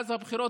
מאז הבחירות,